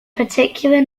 particular